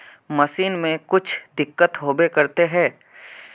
Machine में कुछ दिक्कत होबे करते है?